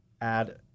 add